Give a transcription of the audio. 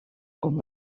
com